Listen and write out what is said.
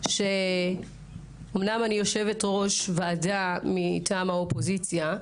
שאומנם אני יושבת-ראש ועדה מטעם האופוזיציה,